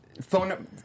phone